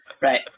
Right